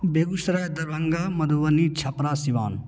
Begusarai Darbhanga Madhubani Chhapra Siwan